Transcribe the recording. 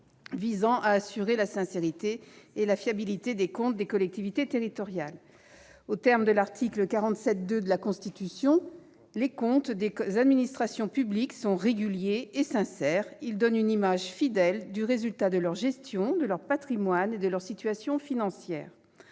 visant à assurer la sincérité et la fiabilité des comptes des collectivités territoriales. Aux termes de l'article 47-2 de la Constitution, « Les comptes des administrations publiques sont réguliers et sincères. Ils donnent une image fidèle du résultat de leur gestion, de leur patrimoine et de leur situation financière.